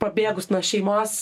pabėgus nuo šeimos